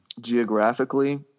geographically